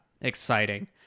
exciting